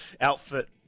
outfit